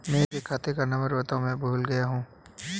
मेरे खाते का नंबर बताओ मैं भूल गया हूं